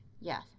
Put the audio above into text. Yes